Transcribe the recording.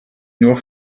nur